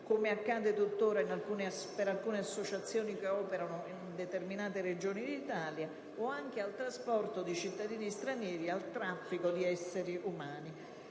come accade tuttora per alcune realtà che operano in determinate regioni d'Italia, o anche al trasporto di cittadini stranieri o al traffico di esseri umani.